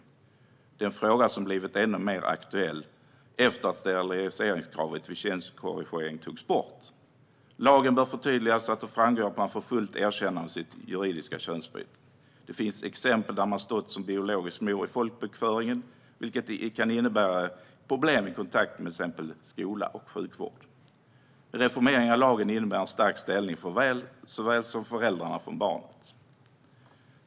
Det är en fråga som blivit än mer aktuell efter det att steriliseringskravet vid könskorrigering har tagits bort. Lagen bör förtydligas så att det framgår att man får fullt erkännande av sitt juridiska könsbyte. Det finns exempel där en man stått som biologisk mor i folkbokföringen, vilket kan innebära problem i kontakter med exempelvis skolan och sjukvården. En reformering av lagen innebär en stärkt ställning för såväl föräldern som barnet.